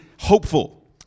hopeful